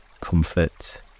comfort